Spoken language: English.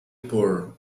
poor